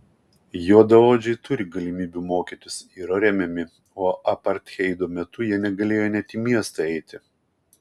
juodaodžiai turi galimybių mokytis yra remiami o apartheido metu jie negalėjo net į miestą eiti